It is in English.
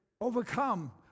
overcome